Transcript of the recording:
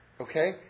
Okay